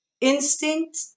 instinct